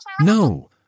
No